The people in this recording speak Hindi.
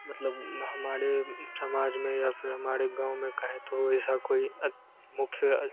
मतलब हमारे समाज में या फिर हमारे गाँव में कहें तो ऐसा कोई मुख्य